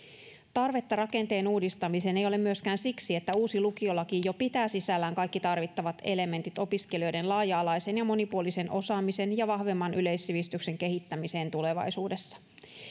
tarvetta rakenteen uudistamiseen ei ole myöskään siksi että uusi lukiolaki jo pitää sisällään kaikki tarvittavat elementit opiskelijoiden laaja alaisen ja monipuolisen osaamisen ja vahvemman yleissivistyksen kehittämiseen tulevaisuudessa